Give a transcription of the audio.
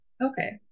okay